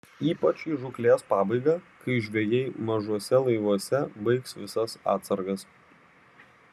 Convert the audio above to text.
ypač į žūklės pabaigą kai žvejai mažuose laivuose baigs visas atsargas